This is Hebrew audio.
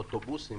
אוטובוסים,